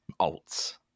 alts